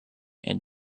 and